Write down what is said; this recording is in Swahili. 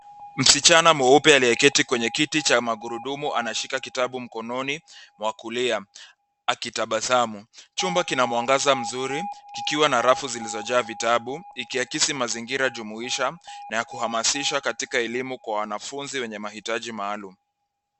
Msichana mweupe aliyeketi kwenye kiti cha magurudumu anashika kitabu mkononi, mwakulia, akitabasamu. Chumba kina mwangaza mzuri kikiwa na rafu zilizojaa vitabu, likiakisi mazingira jumuisha na ya kuhamasisha katika elimu kwa wanafunzi wenye mahitaji maalum.